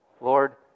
Lord